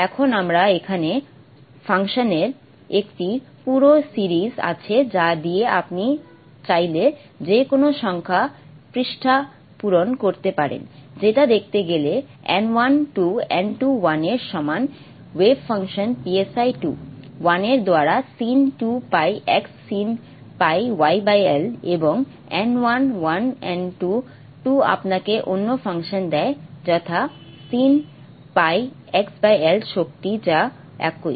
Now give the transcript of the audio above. এখন আমার এখানে ফাংশনের একটি পুরো সিরিজ আছে যা দিয়ে আপনি চাইলে যে কোনও সংখ্যক পৃষ্ঠা পূরণ করতে পারেন যেটা দেখতে গেলে n 1 2 n 21 এর সমান ওয়েভ ফাংশন 2 1 এর দ্বারা sin 2π x sin π yL এবং n 1 1 n 2 2 আপনাকে অন্য ফাংশন দেয় যথা sin π x L শক্তি যা একই